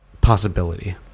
Possibility